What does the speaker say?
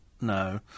No